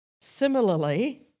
similarly